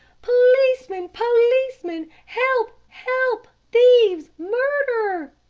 policeman! policeman! help, help, thieves, murder!